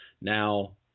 Now